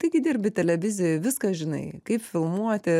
taigi dirbi televizijoj viską žinai kaip filmuoti